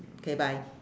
okay bye